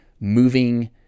moving